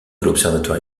l’observatoire